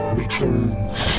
returns